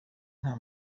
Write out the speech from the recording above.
nta